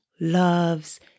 loves